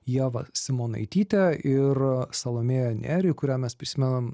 ievą simonaitytę ir salomėją nerį kurią mes prisimenam